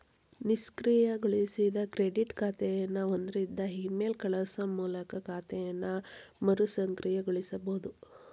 ನಿಷ್ಕ್ರಿಯಗೊಳಿಸಿದ ಕ್ರೆಡಿಟ್ ಖಾತೆನ ಹೊಂದಿದ್ರ ಇಮೇಲ್ ಕಳಸೋ ಮೂಲಕ ಖಾತೆನ ಮರುಸಕ್ರಿಯಗೊಳಿಸಬೋದ